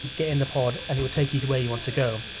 get in the pod and it will take you to where you want to go.